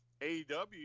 AEW